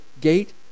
gate